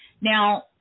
Now